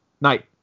Night